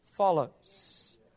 follows